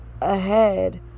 ahead